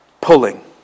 pulling